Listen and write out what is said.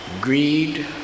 greed